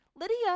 Lydia